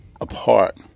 apart